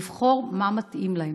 לבחור מה מתאים להם.